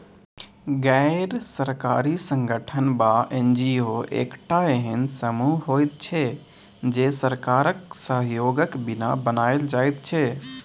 गैर सरकारी संगठन वा एन.जी.ओ एकटा एहेन समूह होइत छै जे सरकारक सहयोगक बिना बनायल जाइत छै